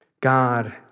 God